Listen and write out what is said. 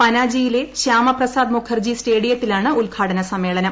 പനാജിയിലെ ശ്യാമപ്രസാദ് മുഖർജി സ്റ്റേഡിയത്തിലാണ് ഉദ്ഘാടന സമ്മേളനം